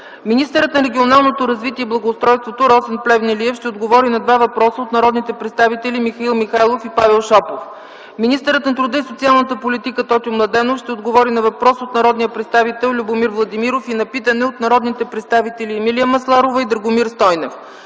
Министърът на регионалното развитие и благоустройството Росен Плевнелиев ще отговори на два въпроса от народните представители Михаил Михайлов и Павел Шопов. Министърът на труда и социалната политика Тотю Младенов ще отговори на въпрос от народния представител Любомир Владимиров и на питане от народните представители Емилия Масларова и Драгомир Стойнев.